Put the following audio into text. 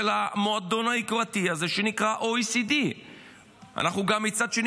המועדון היוקרתי הזה שנקרא OECD. מצד אחד,